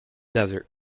desert